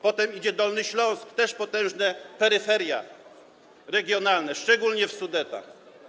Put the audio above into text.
Potem jest Dolny Śląsk - też potężne peryferia regionalne, szczególnie w Sudetach.